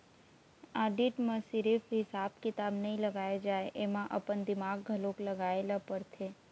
audit म सिरिफ हिसाब किताब नइ लगाए जाए एमा अपन दिमाक घलोक लगाए ल परथे